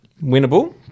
Winnable